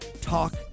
talk